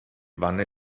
wanne